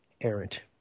errant